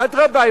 אדרבה,